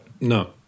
No